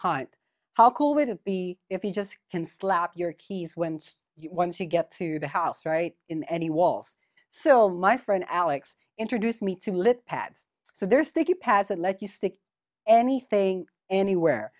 hunt how cool would it be if you just can slap your keys went once you get to the house right in any walls so my friend alex introduced me to lit pads so they're thinking pads and let you stick anything anywhere